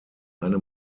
eine